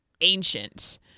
ancient